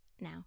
now